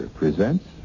presents